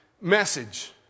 message